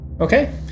okay